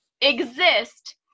exist